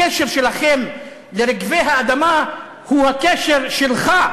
הקשר שלכם לרגבי האדמה הוא הקשר שלך,